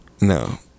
No